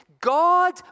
God